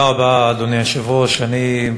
אדוני היושב-ראש, תודה רבה, אני,